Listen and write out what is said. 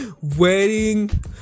wedding